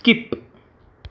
skip